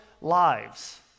lives